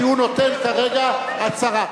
כי הוא נותן כרגע הצהרה.